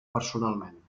personalment